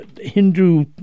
Hindu